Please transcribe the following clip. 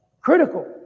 critical